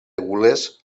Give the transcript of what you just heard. gules